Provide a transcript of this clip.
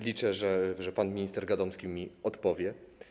Liczę, że pan minister Gadomski mi odpowie.